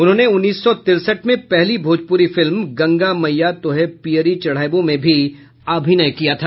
उन्होंने उन्नीस सौ तिरसठ में पहली भोजपुरी फिल्म गंगा मैया तोहे पियरी चढ़इबो में भी अभिनय किया था